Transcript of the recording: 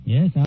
Yes